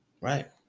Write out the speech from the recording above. Right